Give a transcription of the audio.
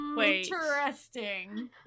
interesting